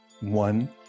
One